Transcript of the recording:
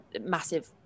massive